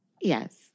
Yes